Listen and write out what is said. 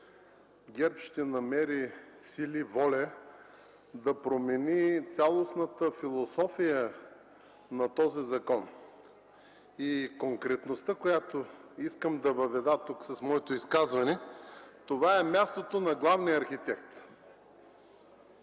ГЕРБ ще намери сили и воля да промени цялостната философия на този закон. Конкретността, която искам да въведа тук с моето изказване, това е мястото на главния архитект.